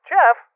Jeff